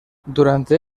durante